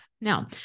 Now